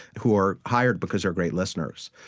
who are hired because they're great listeners,